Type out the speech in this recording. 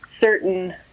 certain